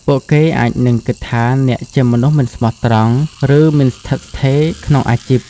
ពួកគេអាចនឹង គិតថាអ្នកជាមនុស្សមិនស្មោះត្រង់ ឬ មិនស្ថិតស្ថេរ ក្នុងអាជីព។